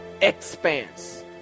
expanse